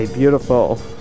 Beautiful